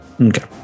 okay